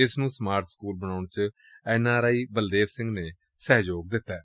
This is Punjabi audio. ਇਸ ਨੂੰ ਸਮਾਰਟ ਸਕੁਲ ਬਣਾਉਣ ਚ N R I Baldev Singh ਨੇ ਸਹਿਯੋਗ ਦਿੱਤੈ